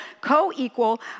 co-equal